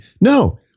No